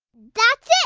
that's it.